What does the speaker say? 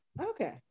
Okay